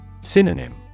Synonym